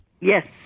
Yes